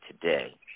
today